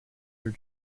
are